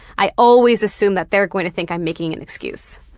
i always assume that they're going to think i'm making an excuse,